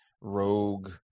rogue